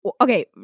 Okay